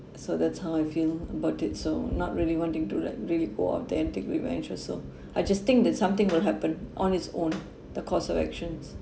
so that's how I feel about it so not really wanting to like really go out there and take revenge also I just think that something will happen on its own the cost of actions